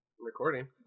recording